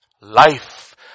Life